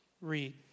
read